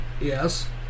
Yes